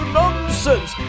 nonsense